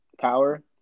Power